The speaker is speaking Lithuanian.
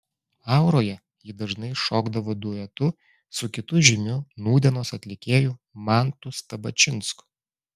auroje ji dažnai šokdavo duetu su kitu žymiu nūdienos atlikėju mantu stabačinsku